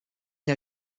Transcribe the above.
der